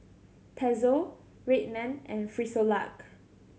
Pezzo Red Man and Frisolac